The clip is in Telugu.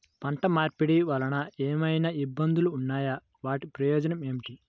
పంట మార్పిడి వలన ఏమయినా ఇబ్బందులు ఉన్నాయా వాటి ప్రయోజనం ఏంటి?